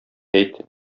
әйт